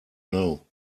know